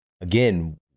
again